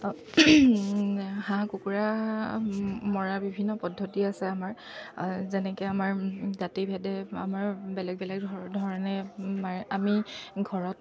হাঁহ কুকুৰা মৰা বিভিন্ন পদ্ধতি আছে আমাৰ যেনেকৈ আমাৰ জাতি ভেদে আমাৰ বেলেগ বেলেগ ধৰণে মাৰে আমি ঘৰত